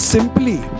Simply